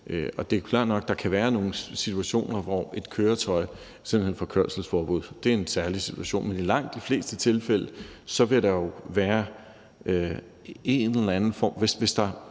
Og det er klart, at der kan være nogle situationer, hvor et køretøj simpelt hen får kørselsforbud. Det er en særlig situation. Men i langt de fleste tilfælde, hvor et sådant vejsidesyn